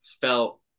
felt